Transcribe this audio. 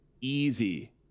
easy